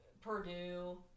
Purdue